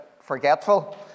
forgetful